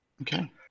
okay